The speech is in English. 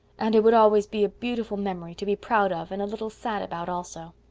and it would always be a beautiful memory, to be proud of and a little sad about, also.